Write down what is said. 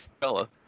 fella